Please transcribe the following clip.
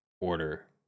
order